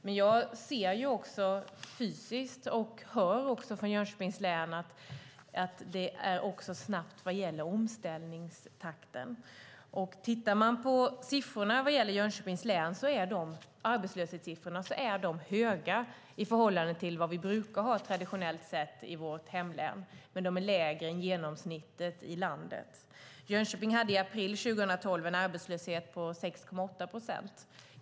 Men jag ser och hör från Jönköpings län att det också går snabbt när det gäller omställningstakten. Arbetslöshetssiffrorna för Jönköpings län är höga i förhållande till vad vi brukar ha traditionellt sett i vårt hemlän. Men de är lägre än genomsnittet i landet. Jönköping hade i april 2012 en arbetslöshet på 6,8 procent.